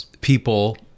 people